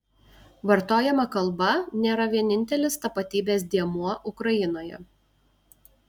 vartojama kalba nėra vienintelis tapatybės dėmuo ukrainoje